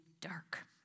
dark